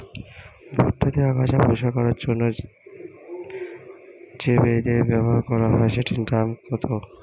ভুট্টা তে আগাছা পরিষ্কার করার জন্য তে যে বিদে ব্যবহার করা হয় সেটির দাম কত?